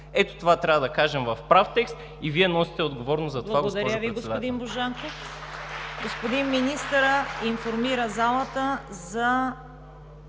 Ето това трябва да кажем в прав текст и Вие носите отговорност за това, госпожо Председател.